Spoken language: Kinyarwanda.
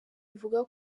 ivuga